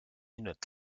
unit